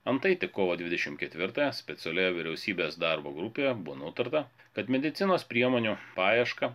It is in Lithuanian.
antai tik kovo dvidešimt ketvirtąją specialioje vyriausybės darbo grupėje buvo nutarta kad medicinos priemonių paiešką